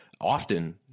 often